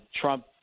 trump